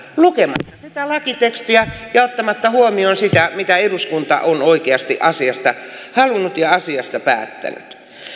lukematta sitä lakitekstiä ja ottamatta huomioon sitä mitä eduskunta on oikeasti asiasta halunnut ja asiasta päättänyt